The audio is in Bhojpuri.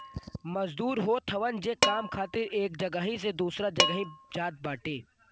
मजदूर होत हवन जे काम खातिर एक जगही से दूसरा जगही जात बाटे